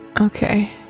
Okay